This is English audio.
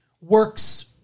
works